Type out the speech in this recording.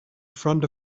front